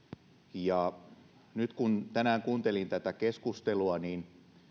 ja nyt kun tänään kuuntelin tätä keskustelua niin